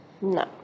No